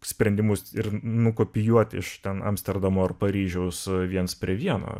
sprendimus ir nukopijuoti iš ten amsterdamo ar paryžiaus viens prie vieno